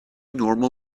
normal